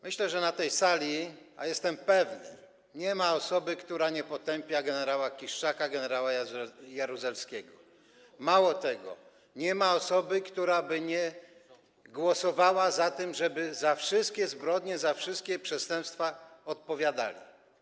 Myślę, że na tej sali, jestem pewny, nie ma osoby, która nie potępia gen. Kiszczaka, gen. Jaruzelskiego, mało tego - nie ma osoby, która by nie głosowała za tym, żeby za wszystkie zbrodnie, za wszystkie przestępstwa odpowiadali.